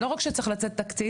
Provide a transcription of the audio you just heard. שלא רק צריך לצאת תקציב,